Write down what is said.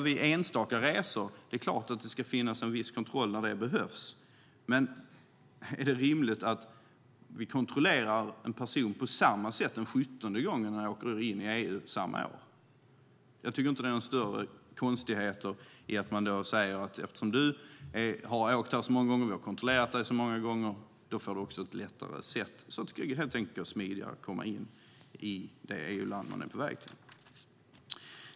Vid enstaka resor ska det givetvis finnas en kontroll när det behövs, men är det rimligt att vi kontrollerar en person på samma sätt den 17:e gången han eller hon åker in i EU samma år? Det är inget konstigt att ge någon som åkt många gånger och också blivit kontrollerad många gånger ett enklare och smidigare sätt att komma in i det aktuella EU-landet.